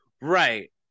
Right